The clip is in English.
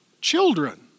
children